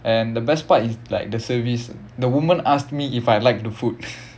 and the best part is like the service the woman asked me if I like the food